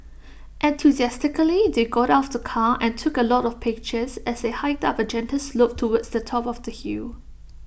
enthusiastically they got out of the car and took A lot of pictures as they hiked up A gentle slope towards the top of the hill